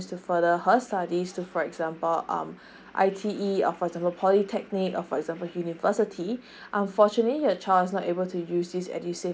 to further her studies to for example um I T E or for example polytechnic or for example university unfortunately your child is not able to use this edu save